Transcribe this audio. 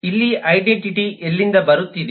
ಇಲ್ಲಿ ಐಡೆಂಟಿಟಿ ಎಲ್ಲಿಂದ ಬರುತ್ತಿದೆ